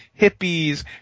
hippies